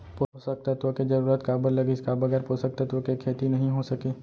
पोसक तत्व के जरूरत काबर लगिस, का बगैर पोसक तत्व के खेती नही हो सके?